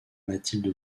mathilde